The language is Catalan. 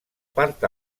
part